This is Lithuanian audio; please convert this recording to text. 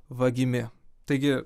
vagimi taigi